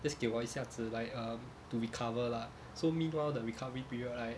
just 给我一下子 like um to recover lah so meanwhile the recovery period right